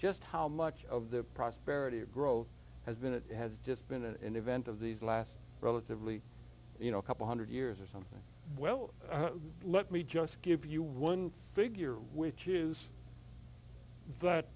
just how much of the prosperity or growth has been it has just been an event of these last relatively you know couple hundred years or something well let me just give you one figure which is